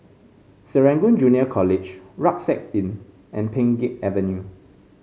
Serangoon Junior College Rucksack Inn and Pheng Geck Avenue